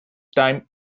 time